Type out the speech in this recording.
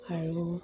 আৰু